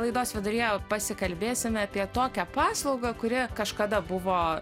laidos viduryje pasikalbėsime apie tokią paslaugą kuri kažkada buvo